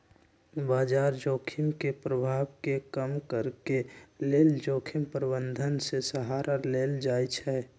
बजार जोखिम के प्रभाव के कम करेके लेल जोखिम प्रबंधन के सहारा लेल जाइ छइ